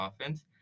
offense